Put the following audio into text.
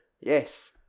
Yes